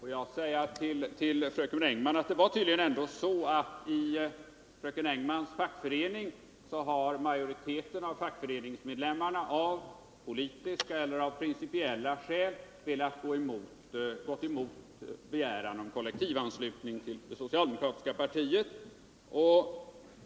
Herr talman! Låt mig säga till fröken Engman att i fröken Engmans fackförening är det tydligen så att majoriteten av medlemmarna av politiska eller principiella skäl har gått emot begäran om kollektivanslutning till socialdemokratiska partiet.